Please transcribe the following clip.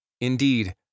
Indeed